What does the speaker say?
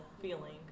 feeling